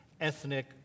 ethnic